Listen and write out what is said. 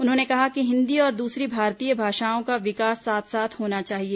उन्होंने कहा कि हिन्दी और दूसरी भारतीय भाषाओं का विकास साथ साथ होना चाहिए